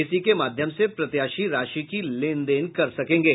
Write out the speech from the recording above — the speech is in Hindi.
इसी के माध्यम से प्रत्याशी राशि की लेन देन कर सकेंगे